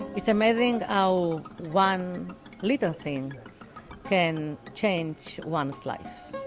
it's amazing how one little thing can change one's life.